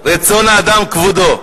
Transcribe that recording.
רצון האדם, כבודו.